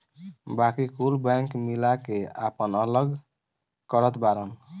बाकी कुल बैंक मिला के आपन अलग करत बाड़न